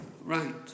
Right